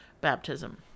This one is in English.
baptism